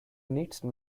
nächsten